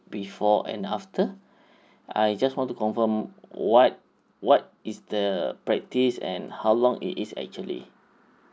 before and after I just want to confirm what what is the practice and how long it is actually